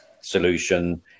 solution